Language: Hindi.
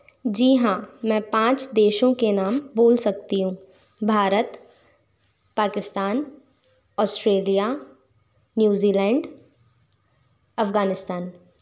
जी हाँ मैं पाँच देशों के नाम बोल सकती हूँ Bharat Pakistan Australia New Zealand Afghanistan